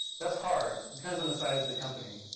that's hard. it depends on the size of the company.